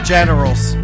Generals